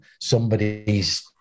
somebody's